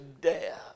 death